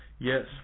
Yes